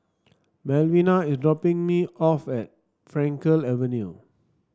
Melvina is dropping me off at Frankel Avenue